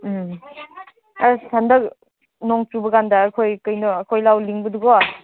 ꯎꯝ ꯑꯁ ꯍꯟꯗꯛ ꯅꯣꯡ ꯆꯨꯕ ꯀꯥꯟꯗ ꯑꯩꯈꯣꯏ ꯀꯩꯅꯣ ꯑꯩꯈꯣꯏ ꯂꯧ ꯂꯤꯡꯕꯗꯨꯀꯣ